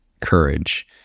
courage